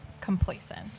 complacent